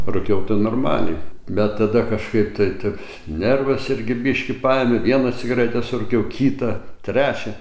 rūkiau tad normaliai bet tada kažkaip tai taip nervas irgi biškį paėmė vieną cigaretę surūkiau kitą trečią